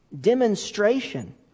demonstration